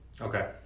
Okay